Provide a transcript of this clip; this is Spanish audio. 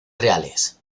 reales